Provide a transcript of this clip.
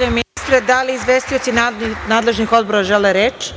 ministre. Da li izvestioci nadležnih odbora žele reč?